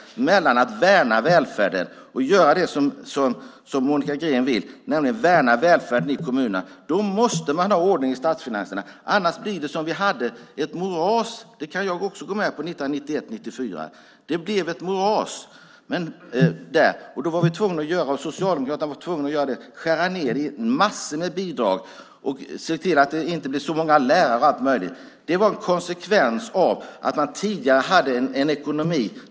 Vill man göra det som Monica Green vill, nämligen att värna välfärden i kommunerna, måste man ha ordning i statsfinanserna. Annars blir det ett moras, som det vi hade 1991-1994. Jag kan gå med på att det var ett moras då. Då blev Socialdemokraterna tvungna att skära ned på massor med bidrag, se till att det inte blev så många lärare och så vidare. Det var en konsekvens av att man tidigare hade en kasinoekonomi.